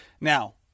Now